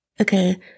Okay